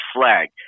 flag